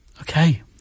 Okay